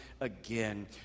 again